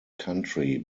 country